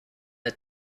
the